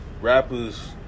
rappers